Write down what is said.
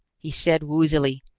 he said woozily,